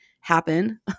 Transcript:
happen